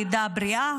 בלידה בריאה.